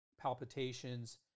palpitations